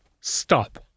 stop